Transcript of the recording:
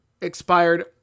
expired